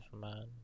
Man